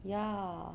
ya